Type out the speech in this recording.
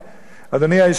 אדוני היושב-ראש,